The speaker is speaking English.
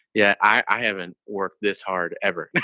yeah, i haven't worked this hard ever.